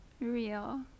real